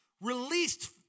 released